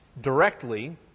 directly